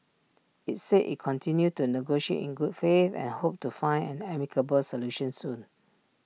IT said IT continued to negotiate in good faith and hoped to find an amicable solution soon